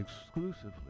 exclusively